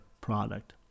product